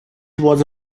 was